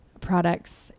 products